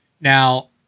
Now